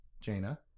Jaina